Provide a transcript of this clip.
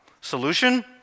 Solution